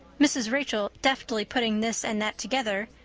mrs. rachel, deftly putting this and that together,